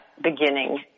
beginning